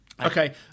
Okay